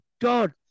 God